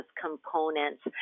components